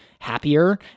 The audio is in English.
happier